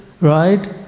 right